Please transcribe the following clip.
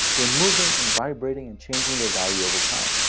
they're moving and vibrating and changing their value over time.